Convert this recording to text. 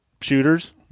shooters